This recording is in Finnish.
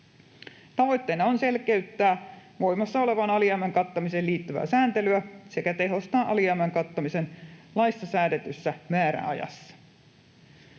Tavoitteena on selkeyttää voimassa olevan alijäämän kattamiseen liittyvää sääntelyä sekä tehostaa alijäämän kattamista laissa säädetyssä määräajassa.